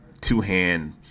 two-hand